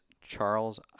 Charles